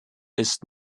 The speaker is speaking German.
ist